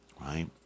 right